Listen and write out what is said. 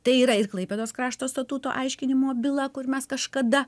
tai yra ir klaipėdos krašto statuto aiškinimo byla kur mes kažkada